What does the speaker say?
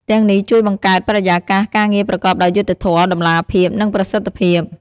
ទាំងនេះជួយបង្កើតបរិយាកាសការងារប្រកបដោយយុត្តិធម៌ តម្លាភាព និងប្រសិទ្ធភាព។